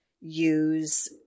use